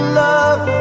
love